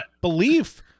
belief